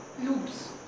loops